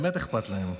באמת אכפת להם.